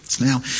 Now